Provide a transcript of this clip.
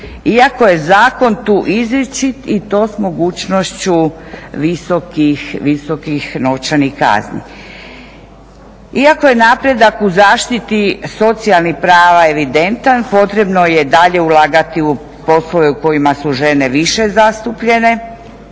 Iako je zakon tu izričit i to sa mogućnošću visokih novčanih kazni. Iako je napredak u zaštiti socijalnih prava evidentan potrebno je dalje ulagati u poslove u kojima su žene više zastupljene,